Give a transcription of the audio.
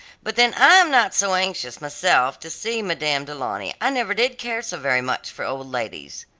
but then i am not so anxious myself to see madame du launy, i never did care so very much for old ladies.